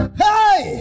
hey